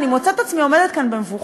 אני מוצאת את עצמי עומדת כאן במבוכה,